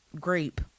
grape